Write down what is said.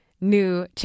new